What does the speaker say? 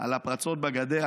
על הפרצות בגדר,